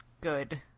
good